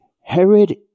Herod